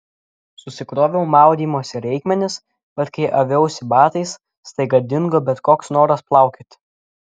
susikroviau maudymosi reikmenis bet kai aviausi batais staiga dingo bet koks noras plaukioti